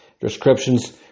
descriptions